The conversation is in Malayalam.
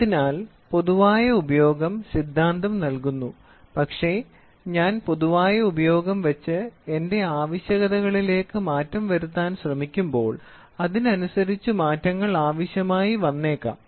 അതിനാൽ പൊതുവായ ഉപയോഗം സിദ്ധാന്തം നൽകുന്നു പക്ഷേ ഞാൻ പൊതുവായ ഉപയോഗം വച്ച് എന്റെ ആവശ്യകതകളിലേക്ക് മാറ്റം വരുത്താൻ ശ്രമിക്കുമ്പോൾ അതിനനുസരിച്ചു മാറ്റങ്ങൾ ആവശ്യമായി വന്നേക്കാം